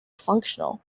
functional